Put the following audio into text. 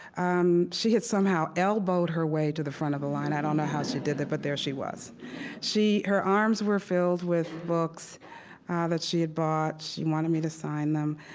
um she had somehow elbowed her way to the front of the line. i don't know how she did it, but there she was she her arms were filled with books ah that she had bought. she wanted me to sign them.